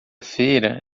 feira